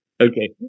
Okay